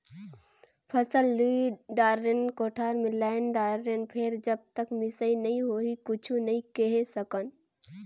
फसल लुई दारेन, कोठार मे लायन दारेन फेर जब तक मिसई नइ होही कुछु नइ केहे सकन